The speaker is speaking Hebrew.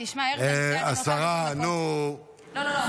יש לך אחריות, לא להפיכה משטרית, לא לביצור השררה.